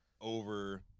over